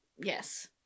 Yes